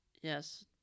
Yes